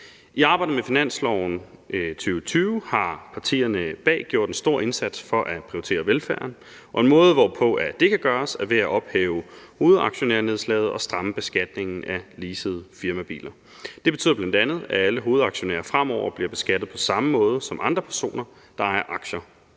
I arbejdet med finansloven 2020 har partierne bag gjort en stor indsats for at prioritere velfærden. En måde, hvorpå det kan gøres, er ved at ophæve hovedaktionærnedslaget og stramme beskatningen af leasede firmabiler. Det betyder bl.a., at alle hovedaktionærer fremover bliver beskattet på samme måde som andre personer, der ejer aktier.